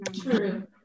True